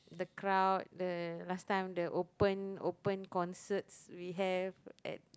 the crowd the last time the open open concerts we have at